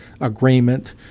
agreement